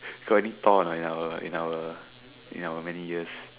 got any Thor in our in our in our many years